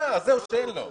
העניין הוא שאין לו.